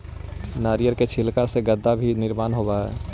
नारियर के छिलका से गद्दा के भी निर्माण होवऽ हई